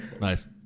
Nice